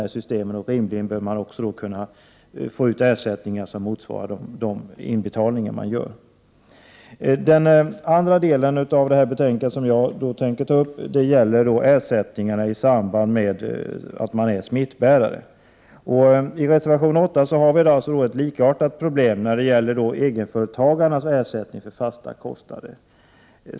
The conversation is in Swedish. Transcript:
De betalar ju in pengar och bör därför få motsvarande ersättningar när de går i delpension. En annan del i betänkandet rör ersättning till smittbärare. I reservation 8 berörs ett likartat problem som problemet med ersättning till egenföretagarna för fasta kostnader.